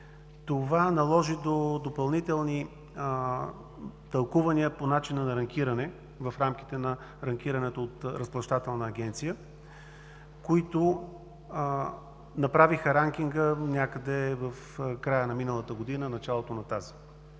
Това наложи допълнителни тълкувания по начина на ранкиране в рамките на ранкирането от Разплащателната агенция, които направиха ранкинга в края на миналата година и началото на тази